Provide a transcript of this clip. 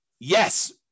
Yes